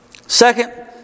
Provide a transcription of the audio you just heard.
Second